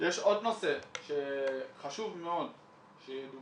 יש עוד נושא שחשוב מאוד שידובר.